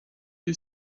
you